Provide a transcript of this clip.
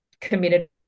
committed